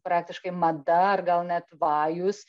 praktiškai mada ar gal net vajus